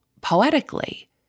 poetically